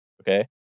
Okay